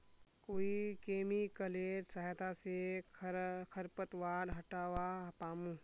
कोइ केमिकलेर सहायता से खरपतवार हटावा पामु